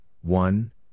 one